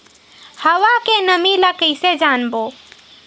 हवा के नमी ल कइसे जानबो?